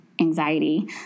anxiety